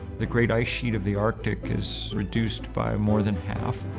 the great ice sheet of the arctic is reduced by more than half,